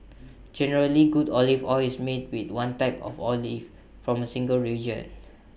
generally good olive oil is made with one type of olive from A single region